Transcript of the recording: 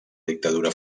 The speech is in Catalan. dictadura